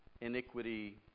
iniquity